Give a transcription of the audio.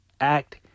act